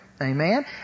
Amen